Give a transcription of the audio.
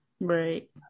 Right